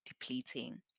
depleting